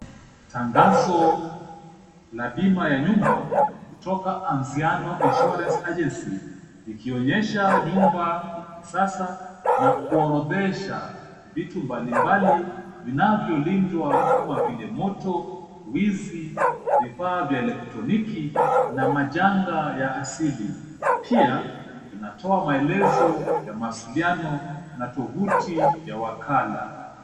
Tangazo la bima ya nyumba kutoka Anziano Insurance Agency , likionyesha nyumba ya kisasa na kuorodhesha vitu mbalimbali vinavyolindwa kama vile moto, wizi, vifaa vya elektroniki na majanga ya asili. Pia linatoa maelezo ya mawasiliano na tovuti ya wakala.